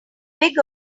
big